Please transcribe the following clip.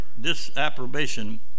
disapprobation